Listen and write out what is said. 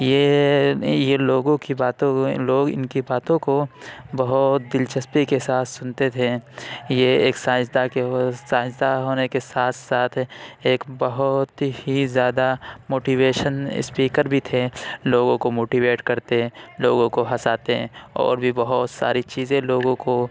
یہ یہ لوگوں كی باتوں کو لوگ اِن كی باتوں كو بہت دلچسپی كے ساتھ سُنتے تھے یہ ایک سائنسداں كے سائنسداں ہونے کے ساتھ ساتھ ایک بہت ہی زیادہ موٹیویشن اسپیکر بھی تھے لوگوں کو موٹیویٹ کرتے لوگوں کو ہنساتے اور بھی بہت ساری چیزیں لوگوں کو